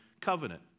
covenant